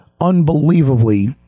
unbelievably